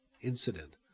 incident